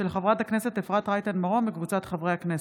של חברת הכנסת אפרת רייטן מרום וקבוצת חברי הכנסת.